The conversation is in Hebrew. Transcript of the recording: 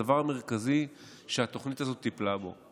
וזה הדבר המרכזי שהתוכנית הזאת טיפלה בו.